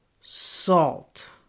salt